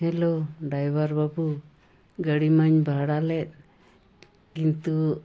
hello driver ᱵᱟᱹᱵᱩ ᱜᱟᱹᱲᱤ ᱢᱟᱧ ᱵᱷᱟᱲᱟ ᱞᱮᱫ ᱠᱤᱱᱛᱩ